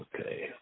Okay